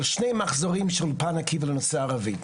שני מחזורים של אולפן עקיבא לנושא הערבית.